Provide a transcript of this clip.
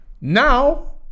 now